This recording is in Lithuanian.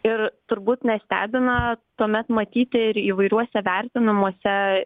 ir turbūt nestebina tuomet matyti ir įvairiuose vertinimuose